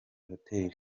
hotel